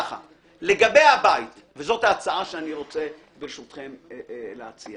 לגבי הבית, וזאת ההצעה שאני רוצה ברשותכם להציע.